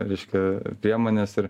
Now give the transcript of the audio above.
reiškia priemones ir